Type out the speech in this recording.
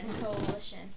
coalition